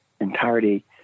entirety